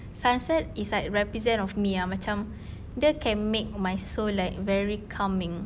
sunset is like represent of me ah macam dia can make my soul like very calming